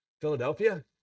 Philadelphia